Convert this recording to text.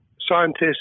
Scientists